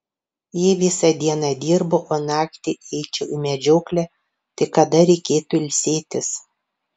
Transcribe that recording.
jei visą dieną dirbu o naktį eičiau į medžioklę tai kada reikėtų ilsėtis